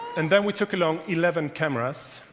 and then we took along eleven cameras.